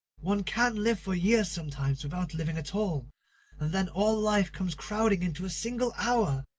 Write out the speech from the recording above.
one can live for years sometimes, without living at all, and then all life comes crowding into a single hour.